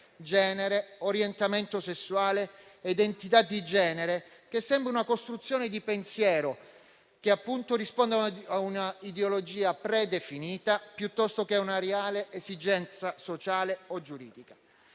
genere, orientamento sessuale e identità di genere, che sembra una costruzione di pensiero che risponde a una ideologia predefinita piuttosto che a una reale esigenza sociale o giuridica.